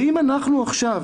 ואם אנחנו עכשיו